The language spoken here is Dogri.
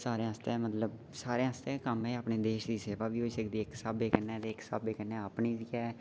सारें आस्तै मतलब कम्म ऐ देश दी सेवा बी होई सकदी इक स्हाबै कन्नै अपनी बी ऐ